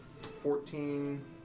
fourteen